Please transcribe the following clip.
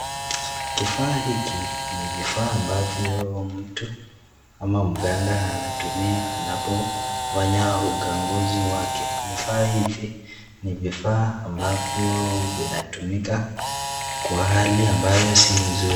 Kifaa hiki ni vifaa ambavyo mtu ama mganga anatumia anapofanya uganguzi wake, vifaa hivi ni vifaa ambavyo vinatumika kwa hali ambayo si mzuri.